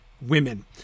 women